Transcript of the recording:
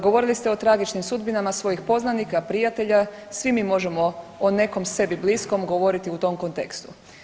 Govorili ste o tragičnim sudbinama svojih poznanika i prijatelja, svi mi možemo o nekom sebi bliskom govoriti u tom kontekstu.